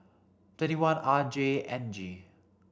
twenty one R J N G